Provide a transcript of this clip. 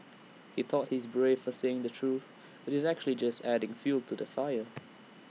he thought he's brave for saying the truth but he's actually just adding fuel to the fire